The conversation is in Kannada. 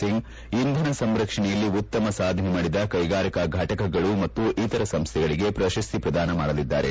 ಸಿಂಗ್ ಇಂಧನ ಸಂರಕ್ಷಣೆಯಲ್ಲಿ ಉತ್ತಮ ಸಾಧನೆ ಮಾಡಿದ ಕೈಗಾರಿಕಾ ಫಟಕಗಳು ಮತ್ತು ಇತರ ಸಂಸೈಗಳಿಗೆ ಪ್ರಶಸ್ತಿ ಪ್ರದಾನ ಮಾಡಲಿದ್ದಾರೆ